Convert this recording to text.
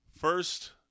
first